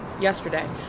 yesterday